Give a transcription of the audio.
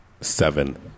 seven